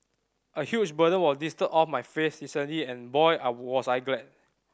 a huge burden was lifted off my face recently and boy I was glad